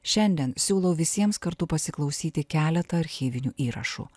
šiandien siūlau visiems kartu pasiklausyti keletą archyvinių įrašų